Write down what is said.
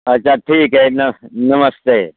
अच्छा ठीक है नमस्ते